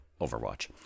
Overwatch